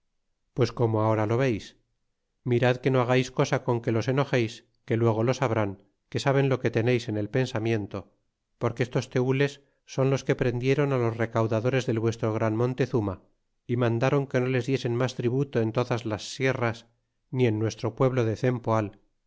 pues como ahora lo veis mirad que no hagais cosa con que los enojeis que luego lo sabrán que saben lo que teneis en el pensamiento porque estos tenles son los que prendieron á los recaudadores del vuestro gran montezuma y mandaron que no les diesen mas tributo en todas las sierras ni en nuestro pueblo de cempoal